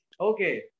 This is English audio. Okay